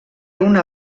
una